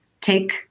take